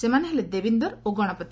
ସେମାନେ ହେଲେ ଦେବୀନ୍ଦର ଓ ଗଣପତି